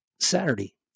Saturday